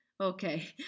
Okay